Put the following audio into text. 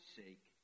sake